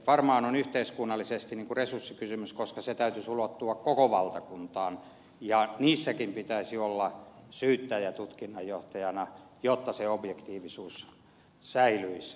varmaan on yhteiskunnallisesti resurssikysymys koska sen elimen täytyisi ulottua koko valtakuntaan ja siinäkin pitäisi olla syyttäjä tutkinnanjohtajana jotta se objektiivisuus säilyisi